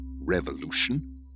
revolution